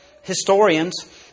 historians